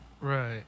Right